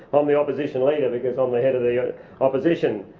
um the opposition leader because i'm the head of the opposition.